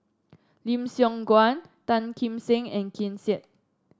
Lim Siong Guan Tan Kim Seng and Ken Seet